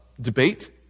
debate